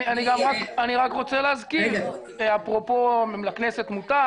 אני רק רוצה להזכיר אפרופו לכנסת מותר,